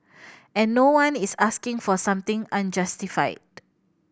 and no one is asking for something unjustified